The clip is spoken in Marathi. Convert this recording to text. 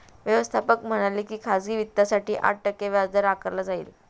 व्यवस्थापक म्हणाले की खाजगी वित्तासाठी आठ टक्के व्याजदर आकारला जाईल